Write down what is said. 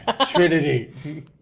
Trinity